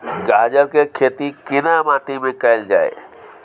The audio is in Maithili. गाजर के खेती केना माटी में कैल जाए?